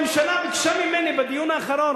הממשלה ביקשה ממני בדיון האחרון,